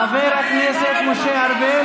חבר הכנסת משה ארבל,